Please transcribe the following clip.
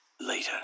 Later